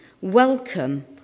welcome